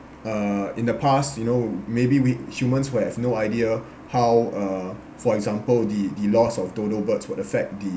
uh in the past you know maybe we humans will have no idea how uh for example the the loss of dodo birds will affect the